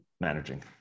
managing